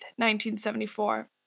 1974